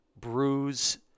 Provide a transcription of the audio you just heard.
bruise